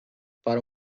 para